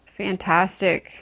fantastic